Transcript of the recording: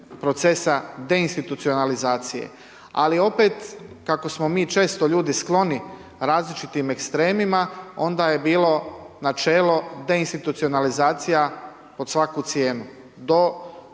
procesa deinstitucionalizacije, ali opet kako smo mi često ljudi skloni različitim ekstremima onda je bilo načelo deinstitucionalizacija po svaku cijenu,